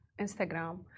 instagram